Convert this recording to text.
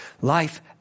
life